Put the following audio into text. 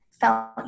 felt